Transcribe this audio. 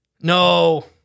No